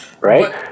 right